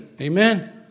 Amen